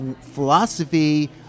philosophy